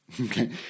Okay